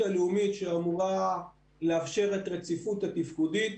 הלאומית שאמורה לאפשר רציפות תפקודית.